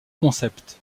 concepts